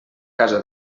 casa